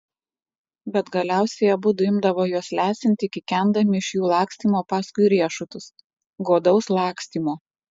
bet galiausiai abudu imdavo juos lesinti kikendami iš jų lakstymo paskui riešutus godaus lakstymo